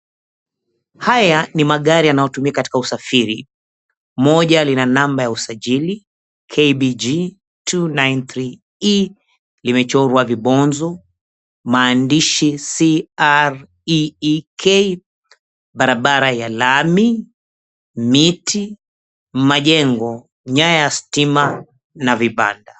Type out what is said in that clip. Haya ni magari yanayotumika katika usafiri. Moja lina namba ya usajili KBG293E, limechorwa vibonzo, maandishi CREEK. Barabara ya lami, miti, majengo, nyayo ya stima na vibanda.